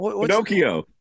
Pinocchio